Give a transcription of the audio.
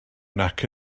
nac